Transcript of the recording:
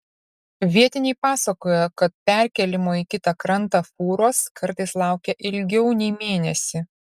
vietiniai pasakoja kad perkėlimo į kitą krantą fūros kartais laukia ilgiau nei mėnesį